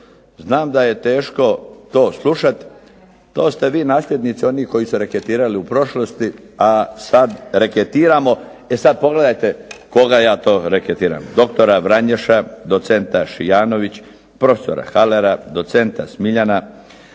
Znam da je teško to slušati. To ste vi nasljednici onih koji su reketirali u prošlosti, a sad reketiramo e sad pogledajte koga ja to reketiram. Doktora Vranješa, docenta Šijanović, profesora Halera, docenta Smiljana,